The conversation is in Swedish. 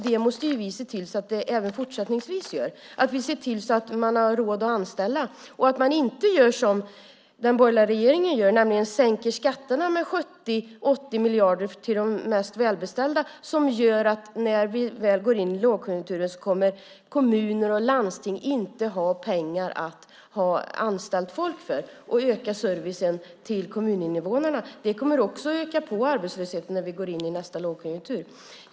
Det måste vi se till att det även fortsättningsvis gör. Vi måste se till att man har råd att anställa och inte göra som den borgerliga regeringen och sänka skatterna med 70-80 miljarder för de mest välbeställda, vilket gör att kommuner och landsting inte har pengar att ha folk anställda och öka servicen till kommuninvånarna när vi väl går in i lågkonjunkturen. Det kommer också att öka på arbetslösheten när vi går in i nästa lågkonjunktur.